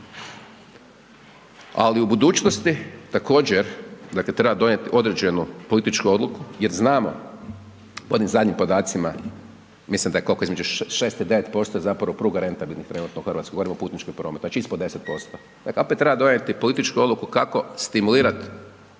ali u budućnosti također dakle treba donijeti određenu političku odluku jer znamo, po onim zadnjim podacima mislim da je kolko, između 6 i 9% je zapravo pruga rentabilnih trenutno u Hrvatskoj govorim o putničkom prometu, znači ispod 10%. Opet treba donijeti političku odluku kako stimulirat